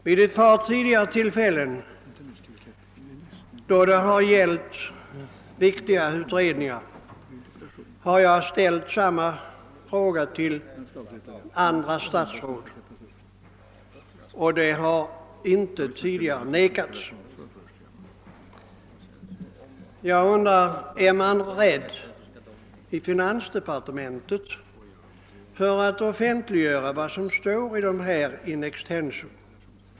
Vid ett par tidigare tillfällen då det gällt viktiga utredningar har jag ställt samma fråga till andra statsråd, och ett offentliggörande har inte tidigare förvägrats. Är man i finansdepartemen tet rädd för att in extenso offentliggöra vad som står i dessa remissvar?